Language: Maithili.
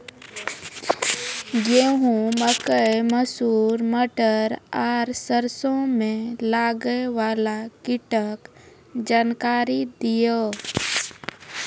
गेहूँ, मकई, मसूर, मटर आर सरसों मे लागै वाला कीटक जानकरी दियो?